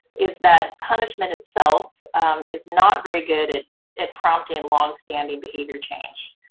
is that punishment itself is not very good at at prompting long-standing behavior change.